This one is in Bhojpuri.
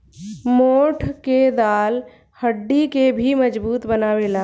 मोठ के दाल हड्डी के भी मजबूत बनावेला